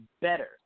better